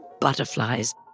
butterflies